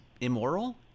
immoral